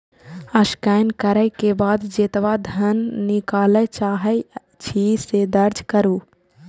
scan करै के बाद जेतबा धन निकालय चाहै छी, से दर्ज करू